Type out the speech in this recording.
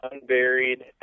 unburied